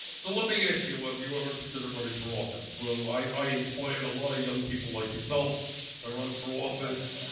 so let me ask you have you ever considered running for office. well, i inspired a lot of young people like yourself to run for office.